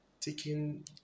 Taking